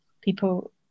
People